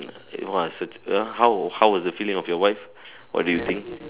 !wah! suit ah how how was the feeling of your wife what do you think